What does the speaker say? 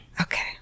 Okay